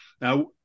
Now